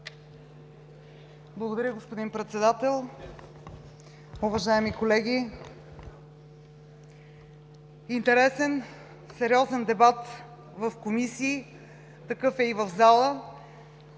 Благодаря, господин Председател. Уважаеми колеги! Интересен, сериозен дебат в комисиите, такъв е и в зала.